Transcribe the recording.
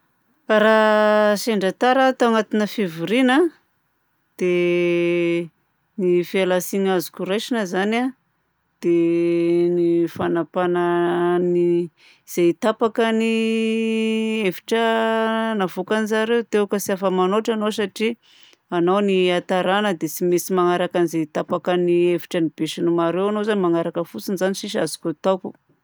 Raha sendra tara aho tao agnatin'ny fivoriana, dia ny fialan-tsiny azoko raisina zany a dia fanapana zay tapakany hevitra navoakan zareo teo ka tsy afa-manoatra anao satria anao ny hatarana dia tsy maintsy magnaraka zay tapakany hevitry ny besinimaro eo ianao zany. Magnaraka fotsiny zany sisa no azoko ataoko.